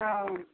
ହଁ